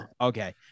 Okay